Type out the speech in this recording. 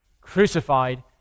crucified